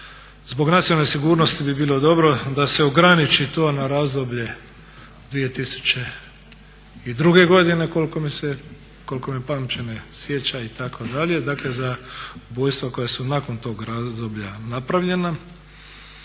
zbog nacionalne sigurnosti bi bilo dobro da se ograniči to na razdoblje 2002. godine koliko me pamćenje sjeća itd., dakle za ubojstva koja su nakon tog razdoblja napravljena